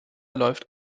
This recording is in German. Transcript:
läuft